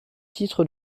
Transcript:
titres